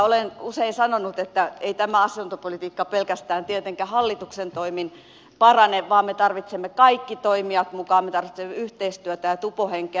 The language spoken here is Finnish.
olen usein sanonut että ei tämä asuntopolitiikka pelkästään tietenkään hallituksen toimin parane vaan me tarvitsemme kaikki toimijat mukaan me tarvitsemme yhteistyötä ja tupo henkeä